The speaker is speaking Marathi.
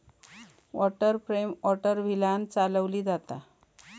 वॉटर फ्रेम वॉटर व्हीलांन चालवली जाता